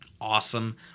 awesome